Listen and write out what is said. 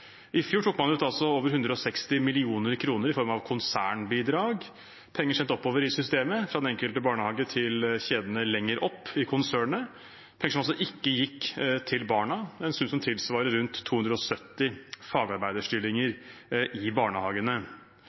I fjor tok man ut over 160 mill. kr i form av konsernbidrag – penger sendt oppover i systemet fra den enkelte barnehage til kjedene lenger opp i konsernet, penger som altså ikke gikk til barna. Det er en sum som tilsvarer rundt 270 fagarbeiderstillinger i barnehagene.